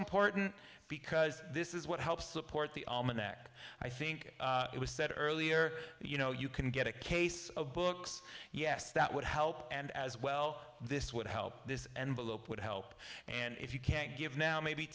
important because this is what helps support the almanac i think it was said earlier you know you can get a case of books yes that would help and as well this would help this envelope would help and if you can't give now maybe